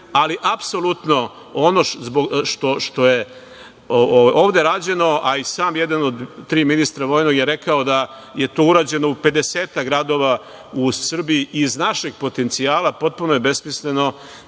ali apsolutno sve ono što je ovde rađeno, a i sam jedan od tri ministra vojnog je rekao da je to urađeno u pedesetak gradova u Srbiji iz našeg potencijala. Potpuno je besmisleno